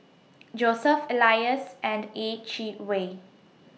Joseph Elias and Yeh Chi Wei